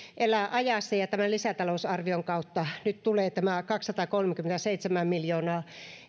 elää ajassa ja tämän lisätalousarvion kautta nyt tulee tämä kaksisataakolmekymmentäseitsemän miljoonaa